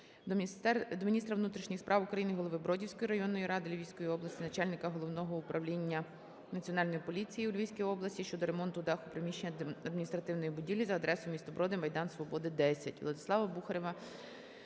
до міністра внутрішніх справ України, Голови Бродівської районної ради Львівської області, Начальника Головного управління Національної поліції у Львівській області щодо ремонту даху приміщення адміністративної будівлі за адресою: м. Броди, майдан Свободи, 10.